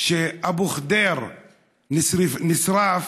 כשאבו ח'דיר נשרף